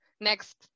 next